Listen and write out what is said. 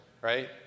right